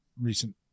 recent